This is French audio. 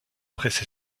presse